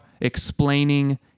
explaining